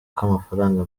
k’amafaranga